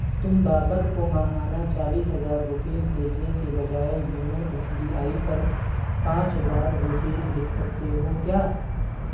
تم بابر کو ماہانہ چالیس ہزار روپیے بھیجنے کے بجائے یونو ایس بی آئی پر پانچ ہزار روپیے بھیج سکتے ہو کیا